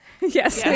Yes